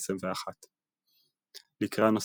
2021. לקריאה נוספת